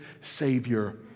Savior